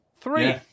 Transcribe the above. Three